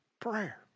Prayer